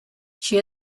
she